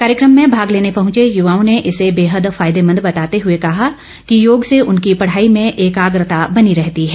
कार्यक्रम में भाग लेने पहुंचे युवाओं ने इसे बेहद फायदेमंद बताते हुए कहा कि योग से उनकी पढाई में एकाग्रता बनी रहती है